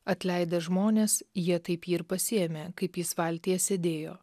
atleidę žmonės jie taip jį ir pasiėmė kaip jis valtyje sėdėjo